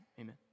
Amen